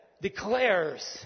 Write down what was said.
declares